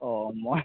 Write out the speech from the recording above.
অঁ মই